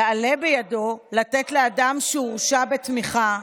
יעלה בידו לתת לאדם שהורשע בתמיכה,